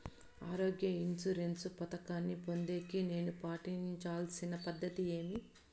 ఆరోగ్య ఇన్సూరెన్సు పథకాన్ని పొందేకి నేను పాటించాల్సిన పద్ధతి ఏమి?